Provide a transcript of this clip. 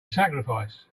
sacrifice